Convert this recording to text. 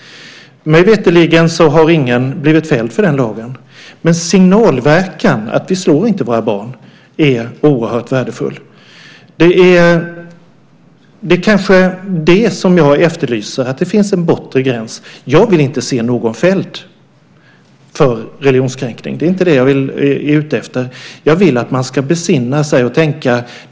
Mig veterligen har ingen blivit fälld enligt den lagen. Men signalverkan att vi inte slår våra barn är oerhört värdefull. Det är kanske det som jag efterlyser. Det finns en bortre gräns. Jag vill inte se någon fälld för religionskränkning. Det är inte vad jag är ute efter. Jag vill att man ska besinna sig och tänka efter.